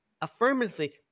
affirmatively